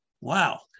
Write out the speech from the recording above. Wow